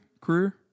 Career